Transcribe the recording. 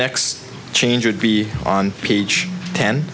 next change would be on page ten